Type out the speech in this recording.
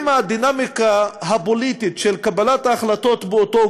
אם הדינמיקה הפוליטית של קבלת ההחלטות באותו